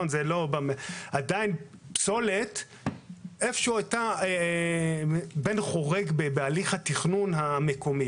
עדיין הפסולת היא בן חורג בהליך התכנון המקומי.